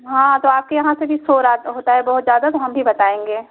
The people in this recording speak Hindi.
हाँ तो आपके यहाँ से भी शोर आ होता है बहुत ज़्यादा तो हम भी बताएँगे